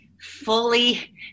fully